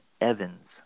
Evans